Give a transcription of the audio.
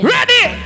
Ready